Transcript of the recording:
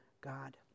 God